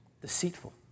Deceitful